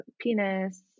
penis